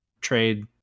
trade